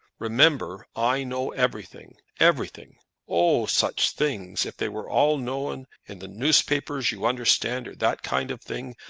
remember, i know everything everything oh, such things! if they were all known in the newspapers, you understand, or that kind of thing,